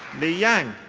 li yang.